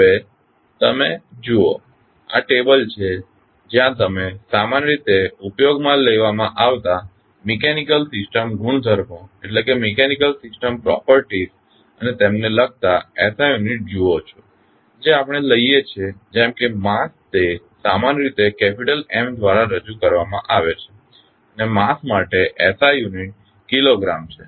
હવે તમે જુઓ આ ટેબલ છે જ્યાં તમે સામાન્ય રીતે ઉપયોગમાં લેવામાં આવતા મિકેનીકલ સિસ્ટમ ગુણધર્મો અને તેમને લગતા SI યુનિટ જુઓ છો જે આપણે લઈએ છીએ જેમકે માસ તે સામાન્ય રીતે કેપીટલ M દ્વારા રજૂ કરવામાં આવે છે અને માસ માટે SI યુનિટ કિલોગ્રામ છે